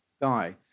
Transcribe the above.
guy